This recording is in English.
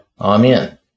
Amen